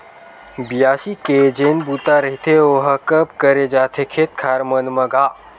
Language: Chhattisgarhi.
बियासी के जेन बूता रहिथे ओहा कब करे जाथे खेत खार मन म गा?